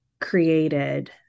created